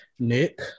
Nick